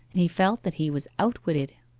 he felt that he was outwitted.